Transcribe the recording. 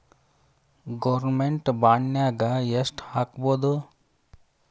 Government ಬಾಂಡ್ನಾಗ್ ಯೆಷ್ಟ್ ಹಾಕ್ಬೊದು?